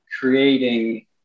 creating